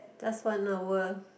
just one hour